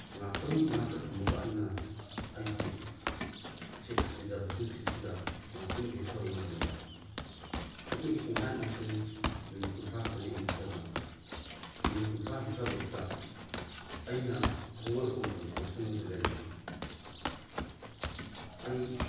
ꯉꯥꯏꯍꯥꯛꯇꯪ ꯏꯅꯥꯛꯇ ꯊꯝꯃꯒ ꯑꯩꯅ ꯑꯩꯒꯤ ꯁꯤꯠ ꯔꯤꯖꯔꯕꯦꯁꯟ ꯁꯤꯠꯁꯤꯗ ꯉꯥꯏꯍꯥꯛꯇꯪ ꯍꯤꯞꯊꯕ ꯃꯇꯝꯗ ꯁꯨꯞꯅꯒꯤ ꯄꯨꯡꯒꯥꯏ ꯑꯃꯈꯛꯇꯅꯤ ꯃꯤꯅꯤꯠ ꯀꯨꯟꯊ꯭ꯔꯥ ꯈꯛꯇꯅꯤ ꯑꯩꯅ ꯍꯤꯞꯊꯕꯗꯨ ꯃꯤꯅꯤꯠ ꯀꯨꯟꯊ꯭ꯔꯥ ꯍꯤꯞꯊꯕꯁꯤꯗ ꯑꯩꯅ ꯍꯧꯒꯠꯂꯛꯄ ꯃꯇꯝꯁꯤꯗ ꯈꯣꯡꯎꯞꯁꯤ ꯂꯩꯔꯝꯗꯦ ꯑꯩ